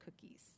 cookies